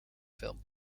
film